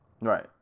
right